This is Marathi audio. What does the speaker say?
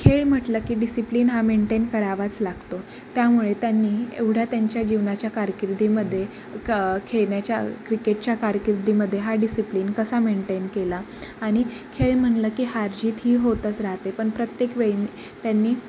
खेळ म्हटलं की डिसिप्लिन हा मेंटेन करावाच लागतो त्यामुळे त्यांनी एवढ्या त्यांच्या जीवनाच्या कारकिर्दीमध्ये क खेळण्याच्या क्रिकेटच्या कारकिर्दीमध्ये हा डिसिप्लीन कसा मेंटेन केला आणि खेळ म्हटलं की हारजीत ही होतच राहते पण प्रत्येक वेळी त्यांनी